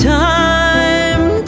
time